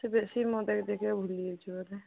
ତୁ ବେଶୀ ଭୁଲି ଯାଇଛୁ ବୋଧେ